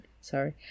sorry